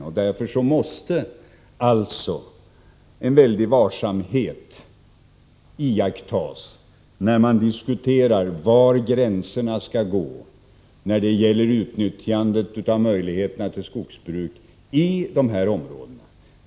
Därför måste stor varsamhet iakttas när man diskuterar var gränserna skall gå för utnyttjandet av möjligheterna till skogsbruk i dessa områden.